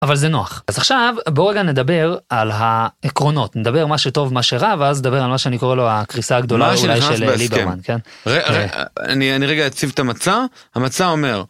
אבל זה נוח אז עכשיו בוא רגע נדבר על העקרונות, נדבר מה שטוב מה שרע ואז נדבר על מה שאני קורא לו הקריסה הגדולה מה שנכנס בהסכם, אולי של ליברמן כן? אני רגע אציב את המצע, המצע אומר...